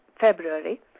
February